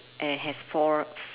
and has four